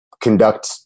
conduct